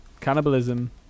Cannibalism